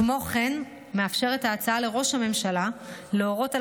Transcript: כמו כן מאפשרת ההצעה לראש הממשלה להורות על